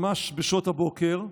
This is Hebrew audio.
ממש בשעות הבוקר,